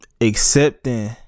accepting